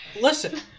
listen